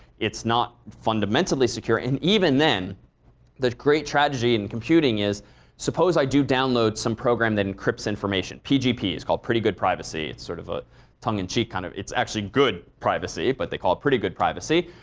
it's not fundamentally secure. and even then the great tragedy in computing is suppose i do download some program that encrypts information. pgp it's called pretty good privacy. it's sort of a tongue in cheek kind of it's actually good privacy, but they call it pretty good privacy.